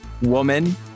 woman